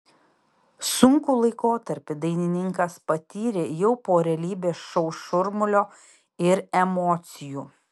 sunkų laikotarpį dainininkas patyrė jau po realybės šou šurmulio ir emocijų